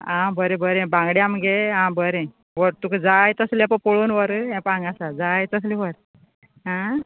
आं बरें बरें बांगड्यां मगे आं बरें व्हर तुका जाय तसले प पळोवन व्हर हें पळय हांगा आसा जाय तसले व्हर आं